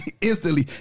instantly